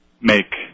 make